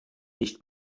nicht